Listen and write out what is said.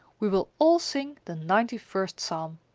we will all sing the ninety-first psalm.